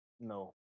no